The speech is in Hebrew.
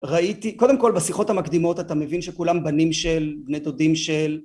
ראיתי, קודם כל, בשיחות המקדימות, אתה מבין שכולם בנים של... בני דודים של...